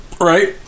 Right